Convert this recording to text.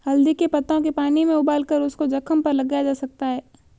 हल्दी के पत्तों के पानी में उबालकर उसको जख्म पर लगाया जा सकता है